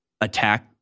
attack